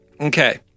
Okay